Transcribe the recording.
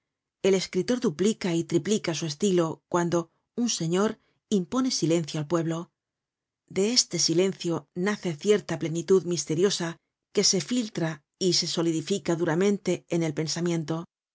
el escritor duplica y triplica su estilo cuando un señor impone silencio al pueblo de este silencio nace cierta plenitud misteriosa que se filtra y se solidifica duramente en el pensamiento